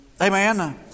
Amen